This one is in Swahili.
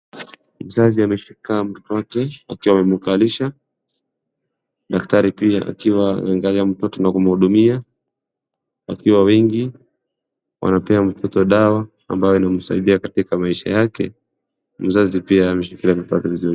Mzazi ameshika mtoto wake akiwa amemkalisha daktari pia akiwa anamwangalia mtoto na kumhudumia wakiwa wengi wanapea mtoto dawa ambayo inamsaidia katika maisha yake mzazi pia ameshikilia mtoto wake vizuri.